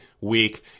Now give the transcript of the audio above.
week